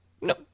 no